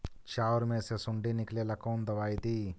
चाउर में से सुंडी निकले ला कौन दवाई दी?